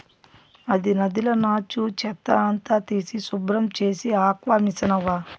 అది నదిల నాచు, చెత్త అంతా తీసి శుభ్రం చేసే ఆక్వామిసనవ్వా